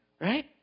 Right